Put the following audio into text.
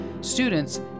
students